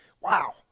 Wow